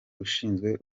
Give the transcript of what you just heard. ushinzwe